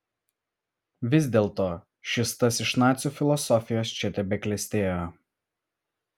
vis dėlto šis tas iš nacių filosofijos čia tebeklestėjo